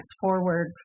forward